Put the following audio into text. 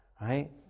right